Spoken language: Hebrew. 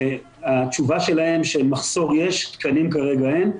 והתשובה שלהם שמחסור יש, תקנים כרגע אין.